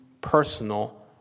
personal